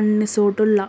అన్ని సోటుల్లా